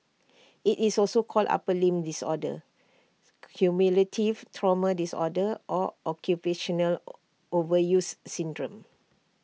IT is also called upper limb disorder cumulative trauma disorder or occupational overuse syndrome